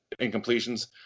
incompletions